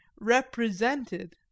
represented